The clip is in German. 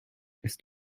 ist